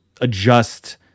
adjust